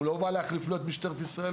הוא לא בא להחליף לא את משטרת ישראל